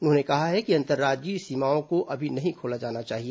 उन्होंने कहा है कि अंतर्राज्यीय सीमाओं को अभी नहीं खोला जाना चाहिए